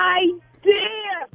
idea